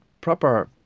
...proper